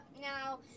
now